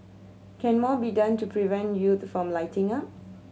can more be done to prevent youths from lighting up